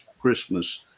Christmas